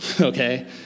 okay